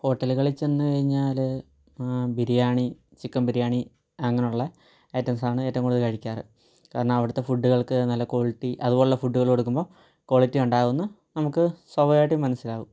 ഹോട്ടലുകളിൽ ചെന്നു കഴിഞ്ഞാൽ ബിരിയാണി ചിക്കൻ ബിരിയാണി അങ്ങനുള്ള ഐറ്റംസാണ് ഏറ്റവും കൂടുതൽ കഴിക്കാറ് കാരണം അവിടുത്തെ ഫൂഡുകൾക്ക് നല്ല ക്വാളിറ്റി അതുപോലുള്ള ഫൂഡുകൾ കൊടുക്കുമ്പോൾ ക്വാളിറ്റി ഉണ്ടാകുന്നു നമുക്ക് സ്വാഭാവികമായിട്ട് മനസ്സിലാകും